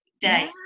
day